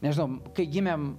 nežinau kai gimėm